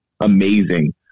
amazing